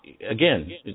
again